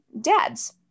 dad's